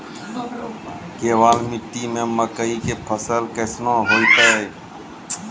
केवाल मिट्टी मे मकई के फ़सल कैसनौ होईतै?